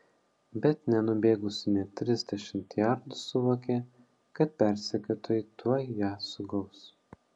bet nenubėgusi nė trisdešimt jardų suvokė kad persekiotojai tuoj ją sugaus